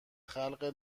خلق